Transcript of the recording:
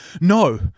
No